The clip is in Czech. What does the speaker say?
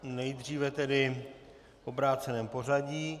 Nejdříve tedy v obráceném pořadí.